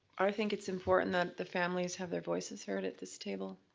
i think it's important that the families have their voices heard at this table.